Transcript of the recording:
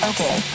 Okay